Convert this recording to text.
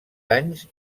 anys